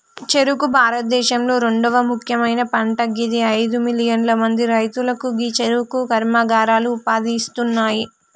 చెఱుకు భారతదేశంలొ రెండవ ముఖ్యమైన పంట గిది అయిదు మిలియన్ల మంది రైతులకు గీ చెఱుకు కర్మాగారాలు ఉపాధి ఇస్తున్నాయి